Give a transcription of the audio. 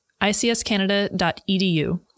icscanada.edu